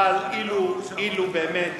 אבל אילו באמת